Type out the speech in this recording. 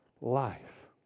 life